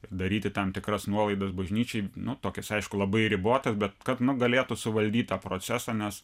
ir daryti tam tikras nuolaidas bažnyčiai nuo tokias aišku labai ribotas bet kad nu galėtų suvaldyt tą procesą nes